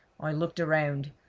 i looked around,